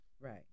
Right